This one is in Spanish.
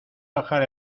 bajar